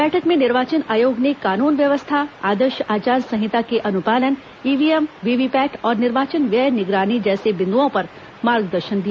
बैठक में निर्वाचन आयोग ने कानून व्यवस्था आदर्श आचार संहिता के अनुपालन ईव्हीव्हीएम वीवीपैट और निर्वाचन व्यय निगरानी जैसे बिन्दुओं पर मार्गदर्शन दिया